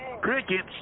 Crickets